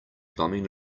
bumming